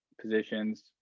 positions